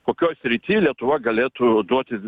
kokioj srity lietuva galėtų duoti